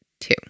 two